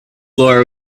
floor